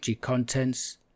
contents